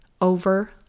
over